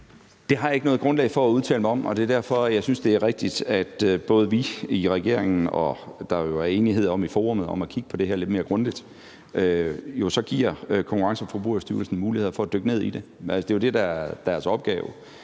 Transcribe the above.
Det har jeg ikke noget grundlag for at udtale mig om, og det er derfor, jeg synes, det er rigtigt, at både vi i regeringen og i forummet kigger på det her lidt mere grundigt – hvilket der er enighed om i forummet – og så giver Konkurrence- og Forbrugerstyrelsen mulighed for at dykke ned i det. Det er jo det, der er deres opgave.